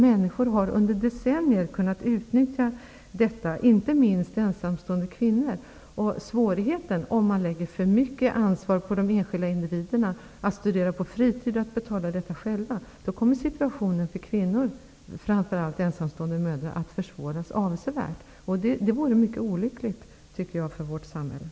Den har under decennier kunnat utnyttjas, inte minst av ensamstående kvinnor. Svårigheten om man lägger för mycket ansvar på de enskilda individerna för att studera på fritid och betala utbildningen själva är att situationen för kvinnor, framför allt ensamstående mödrar, då kommer att försvåras avsevärt. Jag tycker att det vore mycket olyckligt för vårt samhälle.